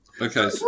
Okay